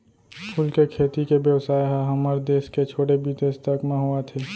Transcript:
फूल के खेती के बेवसाय ह हमर देस के छोड़े बिदेस तक म होवत हे